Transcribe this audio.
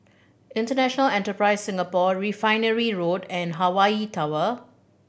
International Enterprise Singapore Refinery Road and Hawaii Tower